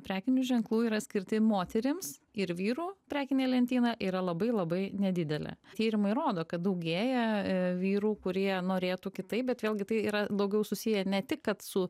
prekinių ženklų yra skirti moterims ir vyrų prekinė lentyna yra labai labai nedidelė tyrimai rodo kad daugėja vyrų kurie norėtų kitaip bet vėlgi tai yra daugiau susiję ne tik kad su